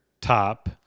top